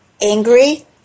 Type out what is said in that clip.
angry